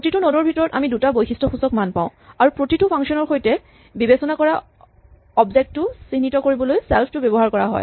প্ৰতিটো নড ৰ ভিতৰত আমি দুটা বৈশিষ্টসূচক মান পাওঁ আৰু প্ৰতিটো ফাংচন ৰ সৈতে বিবেচনা কৰা অবজেক্ট টো চিহ্নিত কৰিবলৈ চেল্ফ টো ব্যৱহাৰ কৰা হয়